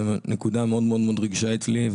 זו נקודה מאוד מאוד רגישה אצלי,